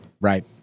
Right